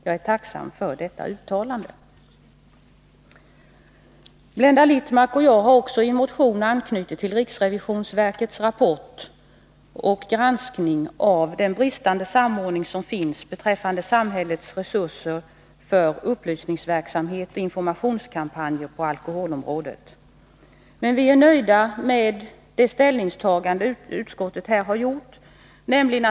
— Jag är tacksam för detta uttalande. Blenda Littmarck och jag har också i motionen knutit an till riksrevisionsverkets rapport och granskning av den bristande samordningen beträffande samhällets resurser för upplysningsverksamhet och informationskampanjer på alkoholområdet. Vi är emellertid nöjda med det ställningstagande utskottet här har gjort.